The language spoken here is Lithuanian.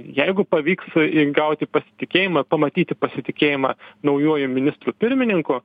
jeigu pavyks įgauti pasitikėjimą pamatyti pasitikėjimą naujuoju ministru pirmininku